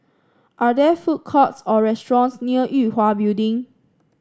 are there food courts or restaurants near Yue Hwa Building